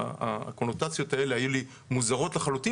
והקונוטציות האלה היו לי מוזרות לחלוטין,